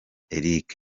eric